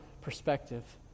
perspective